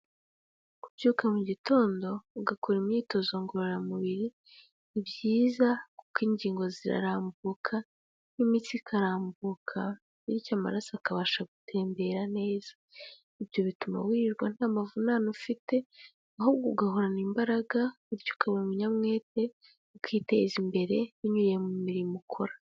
Kubyuka mu gitondo ugakora imyitozo ngororamubiri ni byiza kuko ingingo zirarambuka n'imitsi ikarambuka bityo amaraso akabasha gutembera neza. ibyo bituma wirirwa nta mavunane ufite ahubwo ugahorana imbaraga bityo ukaba umunyamwete, ukiteza imbere binyuriye mu mirimo ukora.